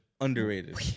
Underrated